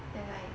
then like